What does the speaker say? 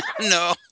No